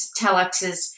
telexes